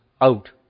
out